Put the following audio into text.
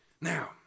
Now